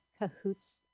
CAHOOTS